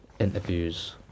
interviews